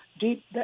deep